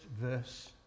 verse